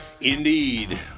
Indeed